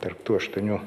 tarp tų aštuonių